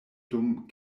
dum